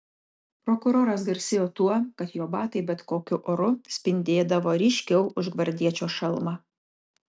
prokuroras garsėjo tuo kad jo batai bet kokiu oru spindėdavo ryškiau už gvardiečio šalmą